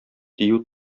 дию